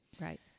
Right